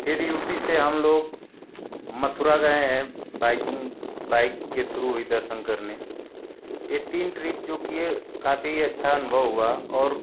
फिर U P से हम लोग मथुरा गए हैं बाइकिंग बाइक के थ्रू ही दर्शन करने ये तीन ट्रिप जो किए काफ़ी अच्छा अनुभव हुआ और